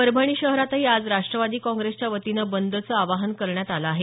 परभणी शहरातही आज राष्ट्रवादी काँग्रेसच्या वतीनं बंदचं आवाहन करण्यात आलं आहे